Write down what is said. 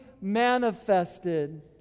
manifested